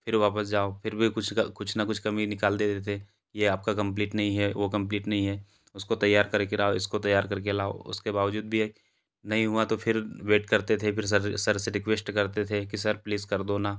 फिर वापस जाओ फिर भी कुछ कुछ न कुछ कमी निकाल देते थे यह आपका कम्प्लीट नहीं है वह कम्प्लीट नहीं है उसको तैयार करके लाओ इसको तैयार करके लाओ उसके बावजूद भी नहीं हुआ तो फिर वेट करते थे फिर सर सर से रिक्वेस्ट करते थे कि सर प्लीज़ कर दो न